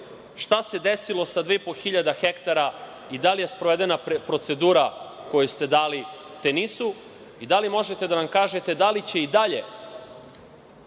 šta se desilo sa 2.500 hektara i da li je sprovedena procedura koju ste dali „Tenisu“ i da li možete da nam kažete da li će i dalje